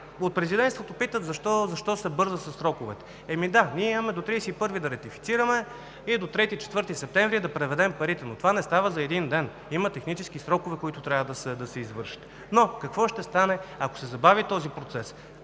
От президентството питат защо се бърза със сроковете? Ами, да, имаме до 31-ви да ратифицираме и до 3 – 4 септември да преведем парите, но това не става за един ден. Има технически срокове, които трябва да се извършат. Но какво ще стане, ако се забави този процес